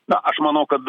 na aš manau kad